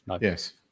Yes